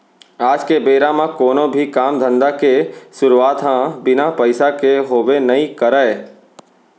आज के बेरा म कोनो भी काम धंधा के सुरूवात ह बिना पइसा के होबे नइ करय